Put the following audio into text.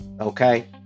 Okay